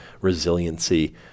resiliency